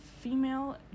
female